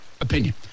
Opinion